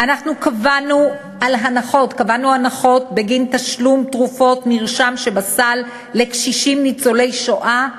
אנחנו קבענו הנחות בגין תשלום תרופות מרשם שבסל לקשישים ניצולי השואה,